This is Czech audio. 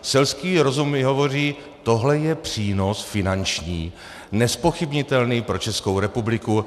Selský rozum mi hovoří, tohle je finanční přínos nezpochybnitelný pro Českou republiku.